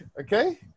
Okay